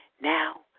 Now